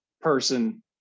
person